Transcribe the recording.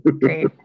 Great